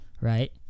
right